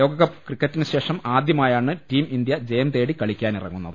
ലോകകപ്പ് ക്രിക്കറ്റിന് ശേഷം ആദ്യ മായാണ് ടീം ഇന്ത്യ ജയം തേടി കളിക്കാനിറങ്ങുന്നത്